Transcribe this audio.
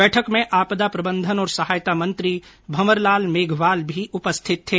बैठक में आपदा प्रबंधन और सहायता मंत्री भंवरलाल मेघवाल भी उपस्थित थे